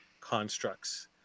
constructs